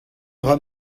dra